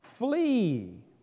Flee